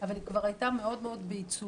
אבל היא כבר הייתה מאוד מאוד בעיצומה.